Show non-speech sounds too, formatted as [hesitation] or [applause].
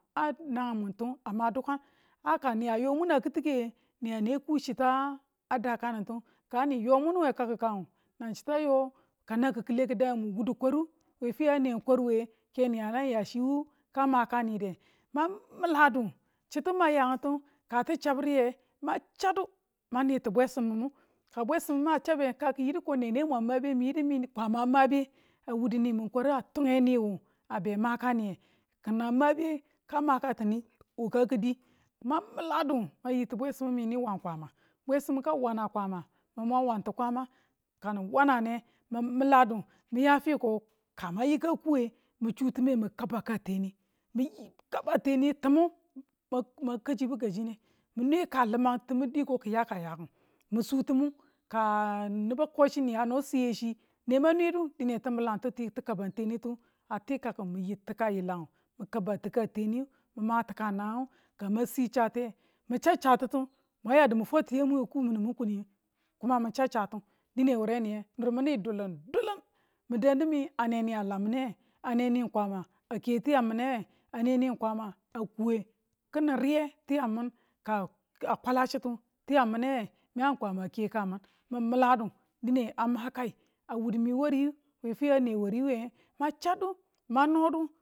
a nangang mwitu a ma dukan a ka niye yo mun a ki̱ tike niya na ku chita a dakan tu kang ni yo mum we kakkangu, nanag chita yo kan nang kikile kidange mu wudu kwaruwe we finu a ne kwarwe ke ni a nang ya chi ka makaniya mang miladu chitu mang yangitu ka ti chabriye mang chadu mang niti bwesim mimu ka bwesimimu a chabe ka ki yidu ko nene mwan mabe mi yedu ko kwama mabe a wudu ni minkwaru a tunge nii wu a be maka miye kin a mabe ka makatini kang kidi mang miladu. ma yi tu bwesima mi ni wana kwama. bwesimu ka wana kwama min ma mwan ti kwama ka ni wananne min miladu. miya fiko ka ma yika ko nge mi chutime mi kaba ka teni, mi̱ kaba teni timu gajibu gajine mi nweka limang timu diko ki yakayaki mi suu timu [hesitation] nibu kasi ni a no siye chi ne man nwedu dine timilangti̱ ti ti̱kaban tenitu a ti kaku mi yitu ka yilang mi kabatika teniyu mi mati ka nanangu, ka ma si chate mi cha chatitu mwan yadu mi fwati yamu we ku min minukun yin [uninlelligent] mi cha chatu dine wuremiye nir minu dulum dulum mi dangdu mi ane ni a lan mine we ane nii kwama a ke tiyang mine we a ne nii ng kwama a kuwe kini riye tiyang min, ka kwala chitu tinang mine we, mi a ng kwama a ke ka min, min miladu dine a makayi a wudu mi wariyu we finu ane ware we, ma chadu ma nodu